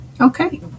okay